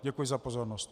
Děkuji za pozornost.